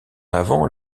avant